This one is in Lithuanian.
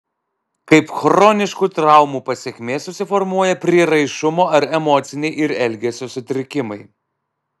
kaip chroniškų traumų pasekmė susiformuoja prieraišumo ar emociniai ir elgesio sutrikimai